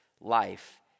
life